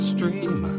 Stream